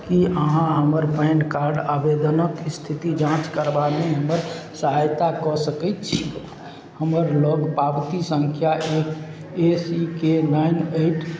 कि अहाँ हमर पैन कार्ड आवेदनक इस्थितिके जाँच करबामे हमर सहायता कऽ सकै छी हमरालग पावती सँख्या A C K nine eight